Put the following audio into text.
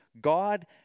God